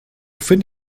finde